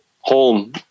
Home